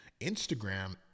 Instagram